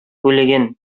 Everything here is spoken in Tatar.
бүлеген